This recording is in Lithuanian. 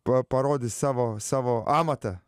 pa parodys savo savo amatą